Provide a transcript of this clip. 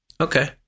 Okay